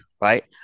Right